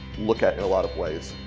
look at in a lot of ways.